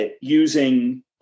using